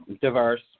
diverse